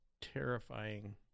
terrifying